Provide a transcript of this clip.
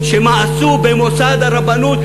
שמאסו במוסד הרבנות,